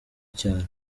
cyane